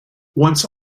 once